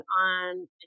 on